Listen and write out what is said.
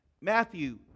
Matthew